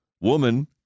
Woman